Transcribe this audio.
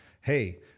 hey